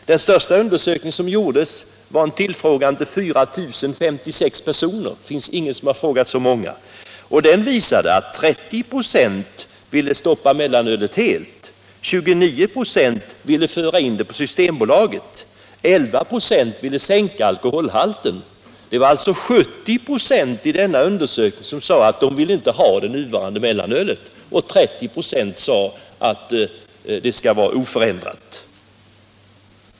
I den största undersökning som utfördes tillfrågades 4 056 personer, och den visade att 30 96 helt ville stoppa mellanölet, 29 96 ville föra in det på systembolaget, och 11 96 ville sänka alkoholhalten. Det var alltså 70 96 av de tillfrågade som inte ville ha det nuvarande mellanölet, medan 30 96 ville ha det kvar oförändrat.